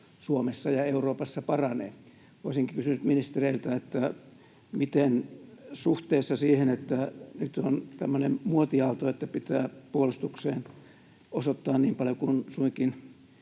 Suomessa ja Euroopassa paranee. Olisinkin kysynyt ministereiltä: miten siihen, että nyt on tämmöinen muotiaalto, että pitää puolustukseen osoittaa niin paljon kuin suinkin